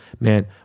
Man